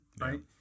right